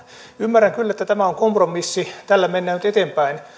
ymmärrän kyllä että tämä on kompromissi tällä mennään nyt eteenpäin